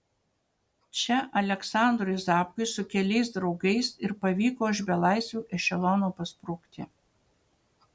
čia aleksandrui zapkui su keliais draugais ir pavyko iš belaisvių ešelono pasprukti